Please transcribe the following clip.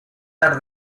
are